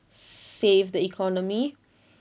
save the economy